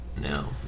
now